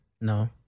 No